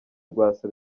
rwasa